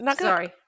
Sorry